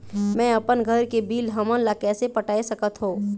मैं अपन घर के बिल हमन ला कैसे पटाए सकत हो?